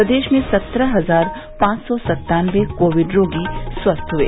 प्रदेश में सत्रह हजार पांच सौ सत्तानबे कोविड रोगी स्वस्थ हुए